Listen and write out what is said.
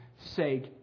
sake